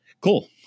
cool